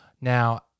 now